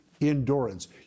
endurance